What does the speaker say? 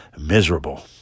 miserable